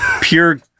pure